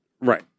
Right